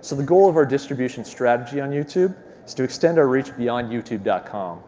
so the goal of our distribution strategy on youtube is to extend our reach beyond youtube dot com